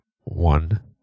one